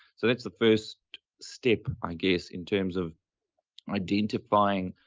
so that's the first step, i guess in terms of identifying